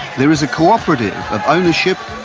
there is a cooperative of ownership,